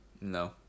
No